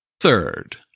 Third